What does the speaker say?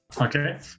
Okay